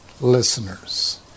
listeners